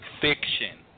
fiction